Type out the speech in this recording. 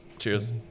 Cheers